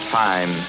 time